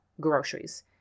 groceries